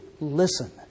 listen